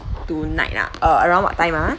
tonight ah uh around what time ah